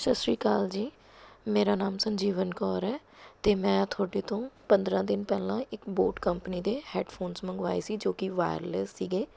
ਸਤਿ ਸ਼੍ਰੀ ਅਕਾਲ ਜੀ ਮੇਰਾ ਨਾਮ ਸੰਜੀਵਨ ਕੌਰ ਹੈ ਅਤੇ ਮੈਂ ਤੁਹਾਡੇ ਤੋਂ ਪੰਦਰ੍ਹਾਂ ਦਿਨ ਪਹਿਲਾਂ ਇੱਕ ਬੋਟ ਕੰਪਨੀ ਦੇ ਹੈੱਡਫੋਨਜ਼ ਮੰਗਵਾਏ ਸੀ ਜੋ ਕਿ ਵਾਇਰਲੈਸ ਸੀਗੇ